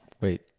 Wait